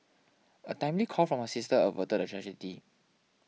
a timely call from her sister averted a tragedy